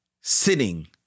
sitting